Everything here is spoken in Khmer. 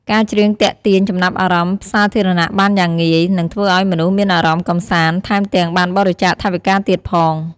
ការច្រៀងទាក់ទាញចំណាប់អារម្មណ៍សាធារណៈបានយ៉ាងងាយ និងធ្វើឱ្យមនុស្សមានអារម្មណ៍កម្សាន្ត ថែមទាំងបានបរិច្ចាគថវិការទៀតផង។